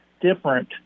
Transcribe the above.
different